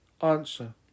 Answer